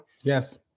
Yes